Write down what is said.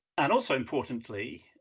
and also, importantly,